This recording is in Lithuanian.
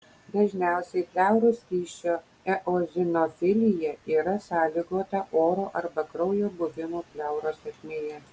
dažniausiai pleuros skysčio eozinofilija yra sąlygota oro arba kraujo buvimo pleuros ertmėje